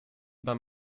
beim